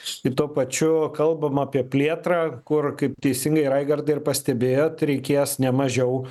i tuo pačiu kalbam apie plėtrą kur kaip teisingai raigardai ir pastebėjot reikės ne mažiau